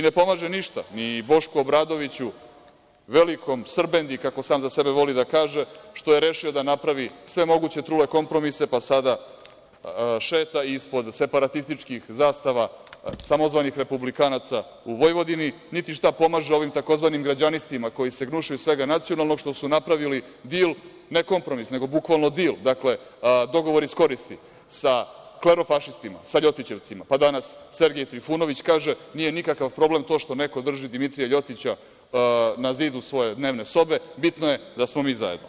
Ne pomaže ništa ni Bošku Obradoviću, velikom srbendi, kako sam za sebe voli da kaže, što je rešio da napravi sve moguće trule kompromise, pa sada šeta ispod separatističkih zastava, samozvanih republikanaca u Vojvodini, niti šta pomaže ovim tzv. građanistima koji se gnušaju svega nacionalnog, što su napravili dil, ne kompromis nego bukvalno dil, dakle, dogovor iz koristi, sa klerofašistima, sa ljotićevcima, pa danas Sergej Trifunović kaže: „Nije nikakav problem to što neko drži Dimitrija Ljotića na zidu svoje dnevne sobe, bitno je da smo mi zajedno“